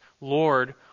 Lord